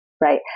Right